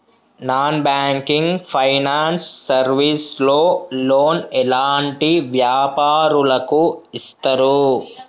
Non banking finance service లో loan ఎలాంటి వ్యాపారులకు ఇస్తరు?